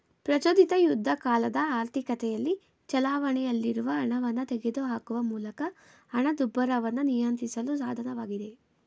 ಪ್ರಚೋದಿತ ಯುದ್ಧಕಾಲದ ಆರ್ಥಿಕತೆಯಲ್ಲಿ ಚಲಾವಣೆಯಲ್ಲಿರುವ ಹಣವನ್ನ ತೆಗೆದುಹಾಕುವ ಮೂಲಕ ಹಣದುಬ್ಬರವನ್ನ ನಿಯಂತ್ರಿಸುವ ಸಾಧನವಾಗಿದೆ